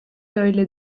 öyle